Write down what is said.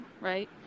right